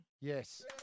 Yes